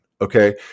Okay